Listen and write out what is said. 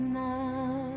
now